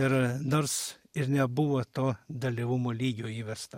ir nors ir nebuvo to dalyvumo lygio įvesta